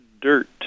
dirt